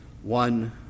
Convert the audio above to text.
One